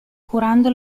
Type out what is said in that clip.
curando